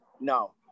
no